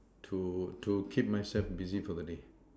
to to keep myself busy for the day